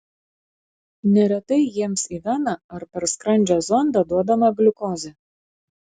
neretai jiems į veną ar per skrandžio zondą duodama gliukozė